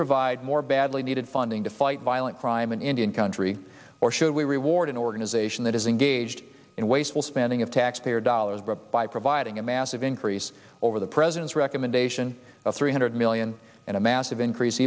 provide more badly needed funding to fight violent crime in indian country or should we reward an organization that is engaged in wasteful spending of taxpayer dollars by providing a massive increase over the president's recommendation of three hundred million and a massive increase